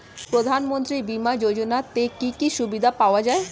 প্রধানমন্ত্রী বিমা যোজনাতে কি কি সুবিধা পাওয়া যায়?